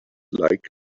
like